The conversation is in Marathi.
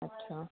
अच्छा